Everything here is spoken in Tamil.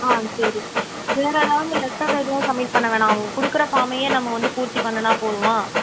ஆ சரி வேறு ஏதாவது லெட்டர் எதுவும் சப்மிட் பண்ண வேணாம் அவங்க கொடுக்குற ஃபார்மையே நம்ம வந்து பூர்த்தி பண்ணின்னா போதுமா